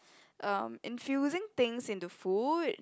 um infusing things into food